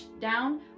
down